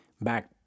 back